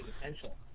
essential